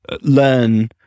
learn